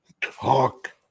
talk